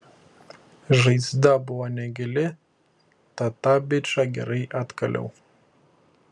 žaizda buvo negili tad tą bičą gerai atkaliau